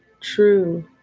True